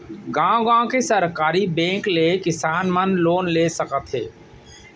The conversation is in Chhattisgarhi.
गॉंव गॉंव के सहकारी बेंक ले किसान मन लोन ले सकत हे